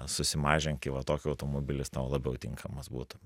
susimažink į va tokį automobilį jis tau labiau tinkamas būtų